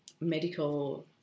medical